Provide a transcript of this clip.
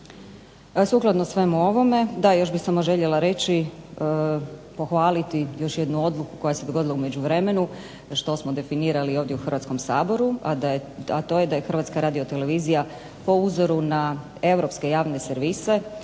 Sukladno svemu ovome, još bih samo željela reći, pohvaliti još jednu odluku koja se dogodila u međuvremenu, što smo definirali ovdje u Hrvatskom saboru, a to je da je Hrvatska radiotelevizija po uzoru na europske javne servise